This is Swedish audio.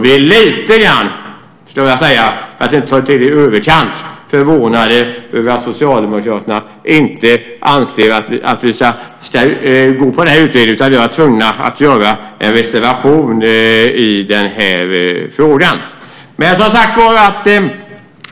Vi är lite - för att inte ta i i överkant - förvånade över att Socialdemokraterna inte anser att vi ska göra den här utredningen, utan vi var tvungna att skriva en reservation i frågan.